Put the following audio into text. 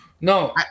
No